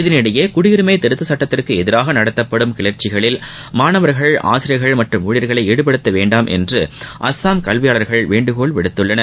இதனிடையே குடியுரிமை திருத்த சுட்டத்திற்கு எதிராக நடத்தப்படும் கிளர்ச்சிகளில் மாணவர்கள் ஆசிரியர்கள் மற்றும் ஊழியர்களை ஈடுபடுத்த வேண்டாம் என்று அஸ்ஸாம் கல்வியாளர்கள் வேண்டுகோள் விடுத்துள்ளனர்